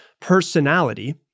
personality